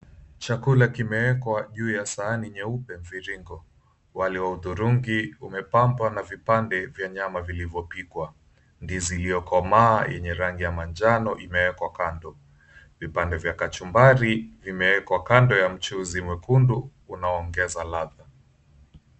Chakula kimeekwa juu ya sahani nyeupe mviringo. Wali wa udhurungi umepambwa na vipande vya nyama vilivyo pikwa. Ndizi iliyokomaa yenye rangi ya manjano imeekwa kando, vipande vya kachumbari vimeekwa kando ya mchuuzi mwekundu unaoongeza ladha.